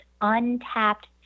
untapped